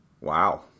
Wow